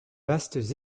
vastes